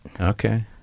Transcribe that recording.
Okay